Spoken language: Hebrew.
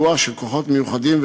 בסיוע כוחות מיוחדים,